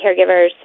caregivers